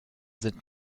sind